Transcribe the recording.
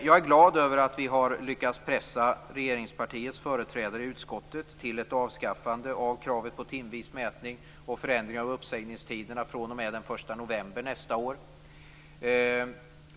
Jag är glad över att vi har lyckats pressa regeringspartiets företrädare i utskottet till ett avskaffande av kravet på timvis mätning och förändring av uppsägningstiderna fr.o.m. den 1 november nästa år.